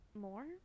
more